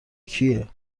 کیه